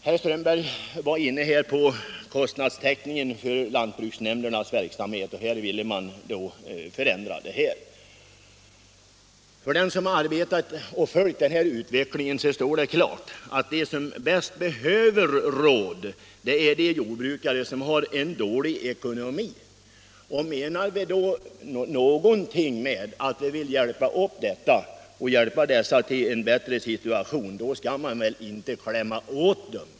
Herr Strömberg i Vretstorp var inne på kostnadstäckningen för lantbruksnämndernas verksamhet beträffande rådgivningen och ville ha en förändring på den punkten. För den som har följt utvecklingen står det klart, att de som bäst behöver råd är de jordbrukare som har en dålig ekonomi. Menar vi någonting med talet om att vi vill hjälpa dem till en bättre situation, då skall vi väl inte klämma åt dem.